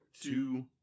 two